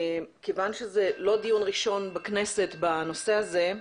כיון שזה לא דיון ראשון בכנסת בנושא הזה,